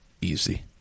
easy